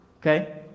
Okay